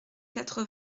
quatre